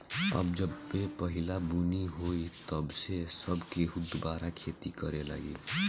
अब जबे पहिला बुनी होई तब से सब केहू दुबारा खेती करे लागी